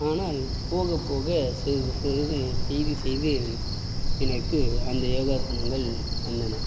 ஆனால் போகக்போக சிறிது சிறிது செய்து செய்து எனக்கு அந்த யோகாசனங்கள் வந்தன